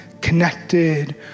connected